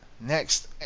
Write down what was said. Next